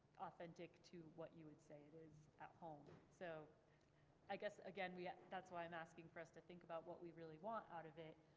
authentic to what you would say it is at home. so i guess again, yeah that's why i'm asking for us to think about what we really want out of it,